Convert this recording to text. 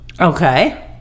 Okay